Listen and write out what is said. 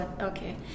okay